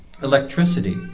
Electricity